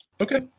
Okay